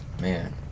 Man